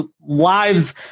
lives